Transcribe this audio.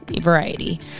variety